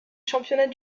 championnat